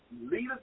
leaders